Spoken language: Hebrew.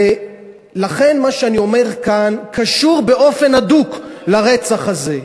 ולכן מה שאני אומר כאן קשור באופן הדוק לרצח הזה.